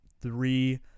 three